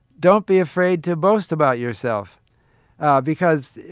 don't be afraid to boast about yourself because,